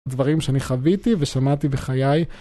דברים שאני חוויתי ושמעתי בחיי